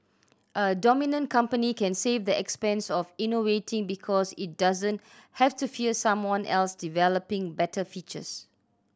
a dominant company can save the expense of innovating because it doesn't have to fear someone else developing better features